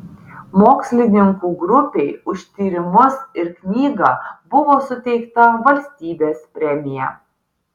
mokslininkų grupei už tyrimus ir knygą buvo suteikta valstybės premija